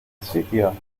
sitio